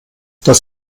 das